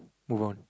move on